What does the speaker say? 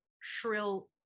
shrill